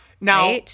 Now